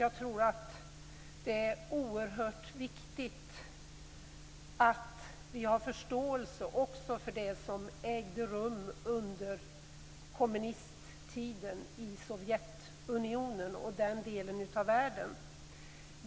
Jag tror att det är oerhört viktigt att vi har förståelse också för det som ägde rum under kommunisttiden i Sovjetunionen och den delen av världen.